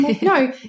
No